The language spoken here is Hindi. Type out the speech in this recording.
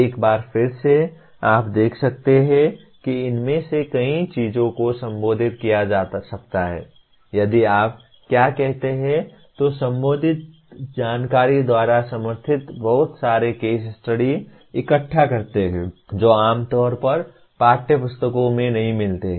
एक बार फिर से आप देख सकते हैं कि इनमें से कई चीजों को संबोधित किया जा सकता है यदि आप क्या कहते हैं तो संबंधित जानकारी द्वारा समर्थित बहुत सारे केस स्टडी इकट्ठा करते हैं जो आम तौर पर पाठ्यपुस्तकों में नहीं मिलते हैं